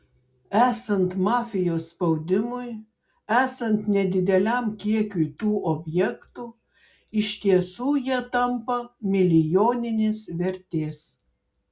esant mafijos spaudimui esant nedideliam kiekiui tų objektų iš tiesų jie tampa milijoninės vertės